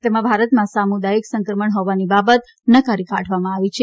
તેમાં ભારતમાં સામુદાયિક સંક્રમણ હોવાની બાબત નકારી કાઢવામાં આવી છે